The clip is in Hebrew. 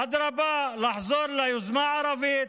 אדרבה, לחזור ליוזמה הערבית,